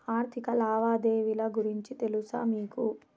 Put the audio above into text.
ఆర్థిక లావాదేవీల గురించి తెలుసా మీకు